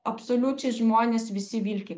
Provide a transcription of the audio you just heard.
absoliučiai žmonės visi vilki